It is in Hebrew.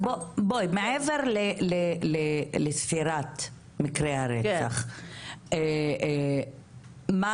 מעבר לספירת מקרי הרצח, מה